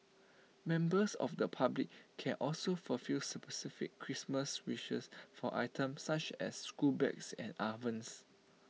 members of the public can also fulfil specific Christmas wishes for items such as school bags and ovens